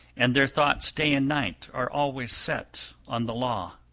and their thoughts day and night are always set on the law.